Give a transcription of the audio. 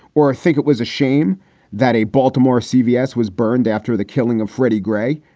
or think it was a shame that a baltimore cbs was burned after the killing of freddie gray?